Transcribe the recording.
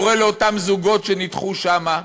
קורא לאותם זוגות שנדחו שם: